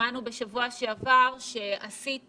שמענו בשבוע שעבר שה-CT